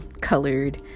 colored